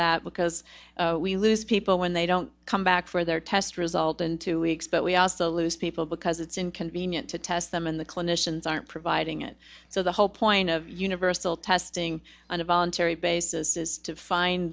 that because we lose people when they don't come back for their test result in two weeks but we also lose people because it's inconvenient to test them in the clinicians aren't providing it so the whole point of universal testing on a voluntary basis is to find